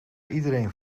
iedereen